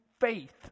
faith